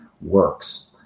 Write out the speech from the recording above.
works